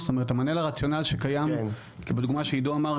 זאת אומרת המענה לרציונל שקיים בדוגמה שעידו נתן,